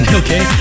okay